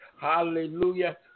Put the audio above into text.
Hallelujah